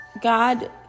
God